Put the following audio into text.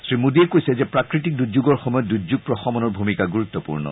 শ্ৰীমোডীয়ে কৈছে যে প্ৰাকৃতিক দুৰ্যোগৰ সময়ত দুৰ্যোগ প্ৰশমনৰ ভূমিকা গুৰুত্বপূৰ্ণ